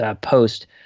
post